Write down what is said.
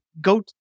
go